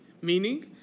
Meaning